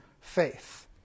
faith